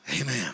Amen